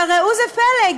אבל ראו זה פלא,